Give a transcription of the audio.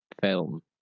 Film